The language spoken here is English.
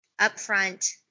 upfront